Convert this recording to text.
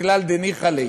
מכלל דניחא ליה.